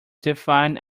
define